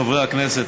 חברי הכנסת,